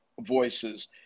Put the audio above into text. voices